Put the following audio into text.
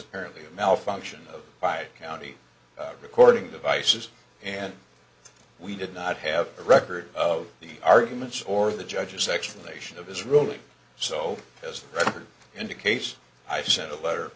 apparently a malfunction of by county recording devices and we did not have a record of the arguments or the judge's explanation of his ruling so as the record indicates i sent a letter